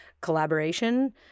collaboration